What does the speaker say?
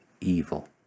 evil